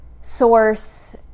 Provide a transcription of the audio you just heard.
source